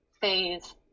Phase